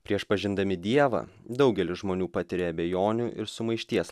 prieš pažindami dievą daugelis žmonių patiria abejonių ir sumaišties